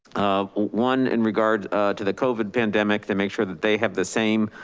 um one in regard to the covid pandemic, that make sure that they have the same